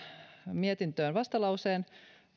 mietintöön vastalauseen